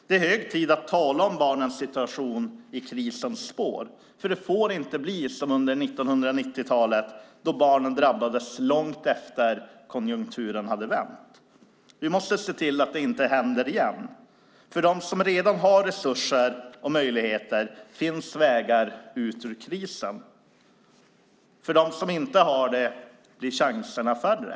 Det är hög tid att tala om barnens situation i krisens spår, för det får inte bli som under 1990-talet, då barnen drabbades långt efter det att konjunkturen hade vänt. Vi måste se till att det inte händer igen. För dem som redan har resurser och möjligheter finns det vägar ut ur krisen. För dem som inte har det blir chanserna färre.